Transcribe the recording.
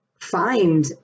find